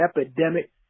epidemic